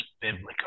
biblical